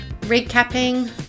Recapping